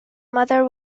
mother